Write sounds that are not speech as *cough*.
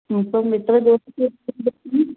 ഇത് ഇപ്പം എത്ര ദിവസത്തെ *unintelligible*